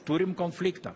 turim konfliktą